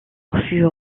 fut